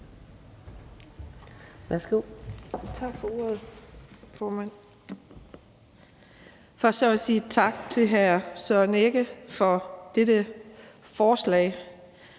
Tak for ordet, formand. Først vil jeg sige tak til hr. Søren Egge Rasmussen for dette forslag,